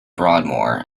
broadmoor